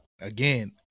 Again